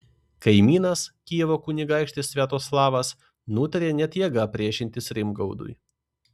kaimynas kijevo kunigaikštis sviatoslavas nutarė net jėga priešintis rimgaudui